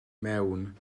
mewn